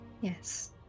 Yes